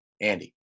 Andy